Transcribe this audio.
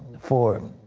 for,